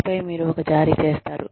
ఆపై మీరు ఒక జారీ చేస్తారు